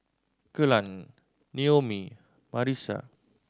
Kelan Noemie Marisa